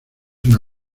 una